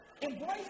Embrace